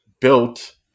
built